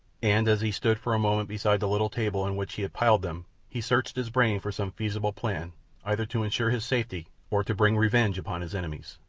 and as he stood for a moment beside the little table on which he had piled them he searched his brain for some feasible plan either to ensure his safety or to bring revenge upon his enemies.